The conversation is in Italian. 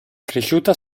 cresciuta